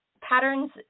patterns